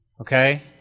okay